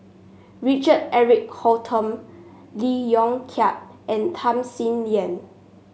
Richard Eric Holttum Lee Yong Kiat and Tham Sien Yen